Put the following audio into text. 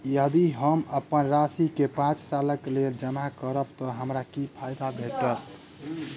यदि हम अप्पन राशि केँ पांच सालक लेल जमा करब तऽ हमरा की फायदा भेटत?